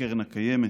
הקרן הקיימת.